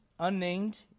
unnamed